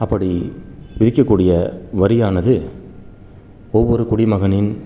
அப்படி விதிக்கக்கூடிய வரியானது ஒவ்வொரு குடிமகனின்